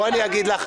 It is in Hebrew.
אני העתקתי אותם.